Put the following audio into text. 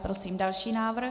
Prosím další návrh.